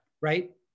right